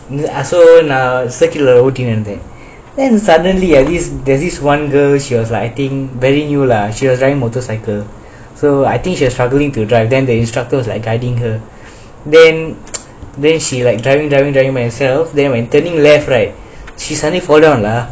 so நான்:nan cycle lah ஓடிடு இருந்தேன்:ootitu irunthaen then suddenly ah there's this one girl she was like I think very new lah she was wearing motorcycle so I think she was struggling to drive then the instructor was like guiding her then then she like driving driving dragging myself then when turning left right she suddenly fall down lah